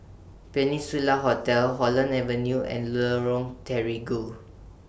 Peninsula Hotel Holland Avenue and Lorong Terigu